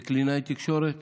בקלינאי תקשורת